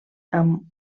amb